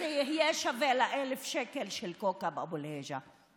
אז זה יהיה שווה ל-1,000 של כאוכב אבו אל-היג'א.